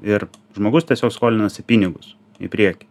ir žmogus tiesiog skolinasi pinigus į priekį